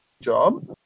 job